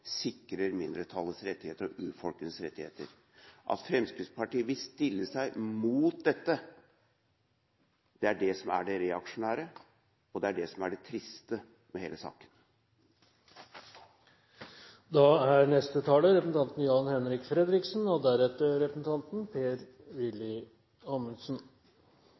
sikrer mindretallets rettigheter og urfolks rettigheter. At Fremskrittspartiet vil stille seg mot dette, er det som er det reaksjonære, og det er det som er det triste med hele saken. Representanten Jan-Henrik Fredriksen har hatt ordet to ganger tidligere i debatten og